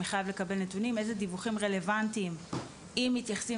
שמחייב לקבל נתונים אילו דיווחים רלוונטיים אם מתייחסים